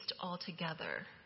altogether